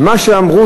מה שאמרו,